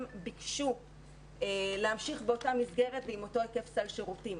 ביקשו להמשיך באותה מסגרת עם אותו היקף סל שירותים.